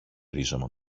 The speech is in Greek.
ρίζωμα